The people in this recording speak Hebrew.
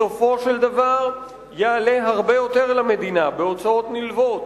בסופו של דבר יעלה הרבה יותר למדינה בהוצאות נלוות,